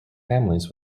families